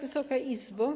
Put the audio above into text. Wysoka Izbo!